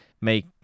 make